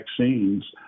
vaccines